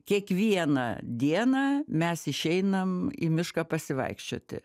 kiekvieną dieną mes išeinam į mišką pasivaikščioti